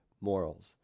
morals